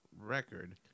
record